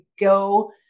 go